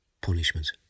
punishment